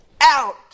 out